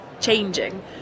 changing